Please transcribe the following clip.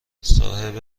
صاحب